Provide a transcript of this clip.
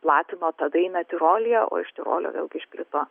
platino tą dainą tirolyje o iš tirolio vėlgi iškrito